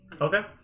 Okay